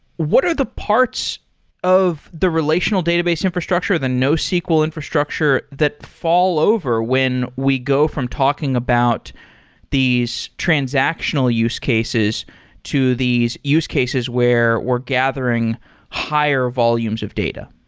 what are the parts of the relational database infrastructure, the nosql infrastructure, that fall over when we go from talking about these transactional use cases to these use cases where we're gathering higher volumes of data?